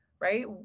Right